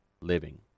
living